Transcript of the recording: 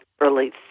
early